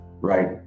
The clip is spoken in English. Right